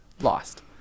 lost